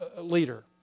leader